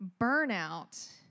burnout